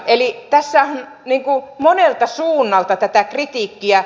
eli tässä on monelta suunnalta tätä kritiikkiä